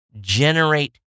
generate